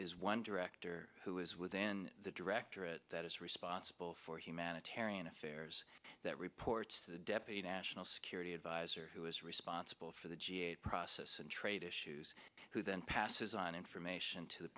c is one director who is within the directorate that is responsible for humanitarian affairs that reports the deputy national security adviser who is responsible for the g eight process and trade issues who then passes on information to the